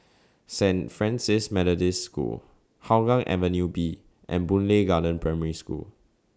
Saint Francis Methodist School Hougang Avenue B and Boon Lay Garden Primary School